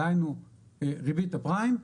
דהיינו ריבית הפריים,